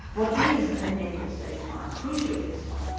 what is a negative state of mind? crucially this one.